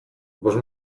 bost